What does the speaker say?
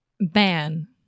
Ban